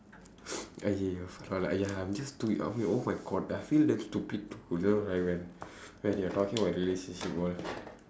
ஐயய்யோ பரவாயில்ல:aiyaiyoo paravaayilla !aiya! I'm just stupid I mean oh my god I feel damn stupid when you around him I really